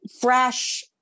fresh